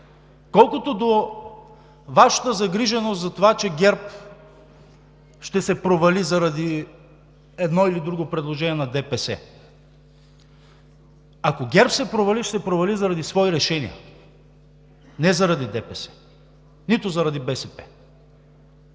Колкото до Вашата загриженост за това, че ГЕРБ ще се провали заради едно или друго предложение на ДПС. Ако ГЕРБ се провали, ще се провали заради свои решения, не заради ДПС, нито заради БСП.